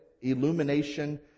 illumination